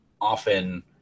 often